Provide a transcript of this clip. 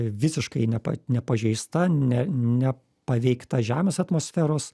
visiškai ne pa nepažeista ne nepaveikta žemės atmosferos